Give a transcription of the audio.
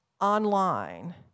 online